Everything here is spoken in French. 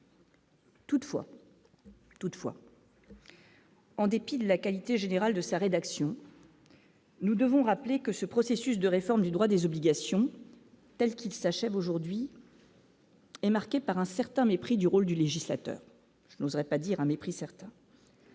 praticiens. En dépit de la qualité générale de sa rédaction. Nous devons rappeler que ce processus de réforme du droit des obligations telles qu'il s'achève aujourd'hui. Et marquée par un certain mépris du rôle du législateur, je n'oserais pas dire un mépris certain.